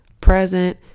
present